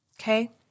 Okay